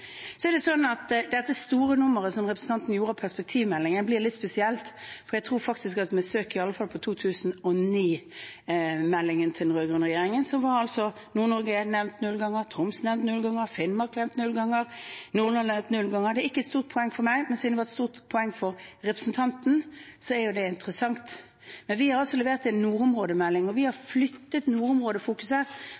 store nummeret som representanten gjorde av perspektivmeldingen, blir litt spesielt, for i alle fall i 2009-meldingen til den rød-grønne regjeringen var Nord-Norge nevnt null ganger, Troms null ganger, Finnmark null ganger og Nordland null ganger. Det er ikke et stort poeng for meg, men siden det var et stort poeng for representanten, er det interessant. Vi har levert en nordområdemelding, og vi har